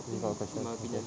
it's not a question okay